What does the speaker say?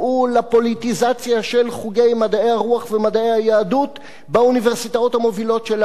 לפוליטיזציה של חוגי מדעי הרוח ומדעי היהדות באוניברסיטאות המובילות שלנו.